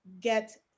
get